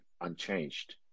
unchanged